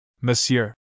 Monsieur